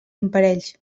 imparells